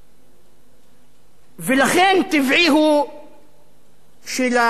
לכן, טבעי הוא שלשליט יהיה עיתון משלו,